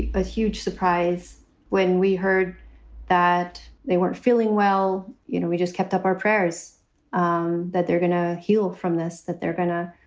ah huge surprise when we heard that they weren't feeling well. you know, we just kept up our prayers um that they're gonna heal from this, that they're going to,